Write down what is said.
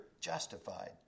justified